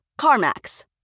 CarMax